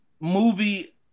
movie